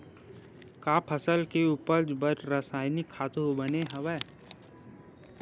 का फसल के उपज बर रासायनिक खातु बने हवय?